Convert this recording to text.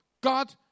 God